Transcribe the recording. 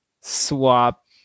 swap